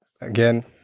again